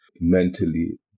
mentally